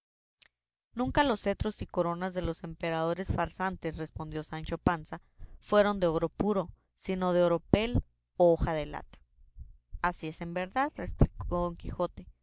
nunca los cetros y coronas de los emperadores farsantes respondió sancho panza fueron de oro puro sino de oropel o hoja de lata así es verdad replicó don quijote